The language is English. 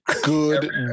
good